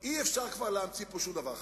אי-אפשר להמציא פה שום דבר חדש.